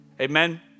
Amen